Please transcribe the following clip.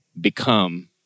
become